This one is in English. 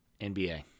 NBA